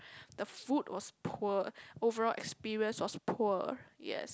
the food was poor overall experience was poor yes